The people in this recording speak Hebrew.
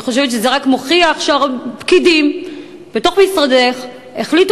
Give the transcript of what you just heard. אני חושבת שזה רק מוכיח שפקידים בתוך משרדך החליטו